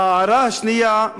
ההערה השנייה,